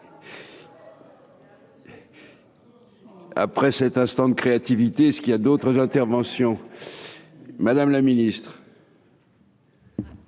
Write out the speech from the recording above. Après cet instant de créativité, ce qu'il y a d'autres interventions, Madame la Ministre.